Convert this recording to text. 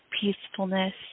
peacefulness